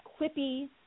quippy